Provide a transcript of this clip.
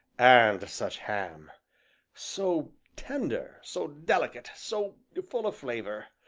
and such ham so tender! so delicate! so full of flavor!